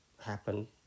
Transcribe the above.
happen